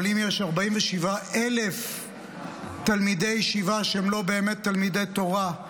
אבל אם יש 47,000 תלמידי ישיבה שהם לא באמת תלמידי תורה,